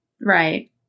right